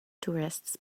tourists